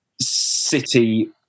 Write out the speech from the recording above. City